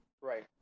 right